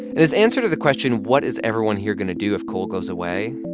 and his answer to the question what is everyone here going to do if coal goes away?